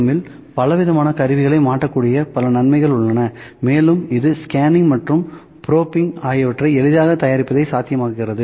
M இல் பலவிதமான கருவிகளை மாட்டக்கூடிய பல நன்மைகள் உள்ளன மேலும் இது ஸ்கேனிங் மற்றும் ப்ரோபிங் ஆகியவற்றை எளிதாக தயாரிப்பதை சாத்தியமாக்குகிறது